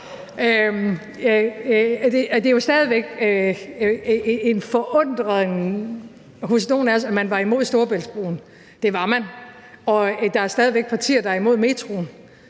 Der er jo stadig en forundring hos nogle af os over, at man var imod Storebæltsbroen – det var man. Og der er stadig væk partier, der er imod metroen.